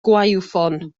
gwaywffon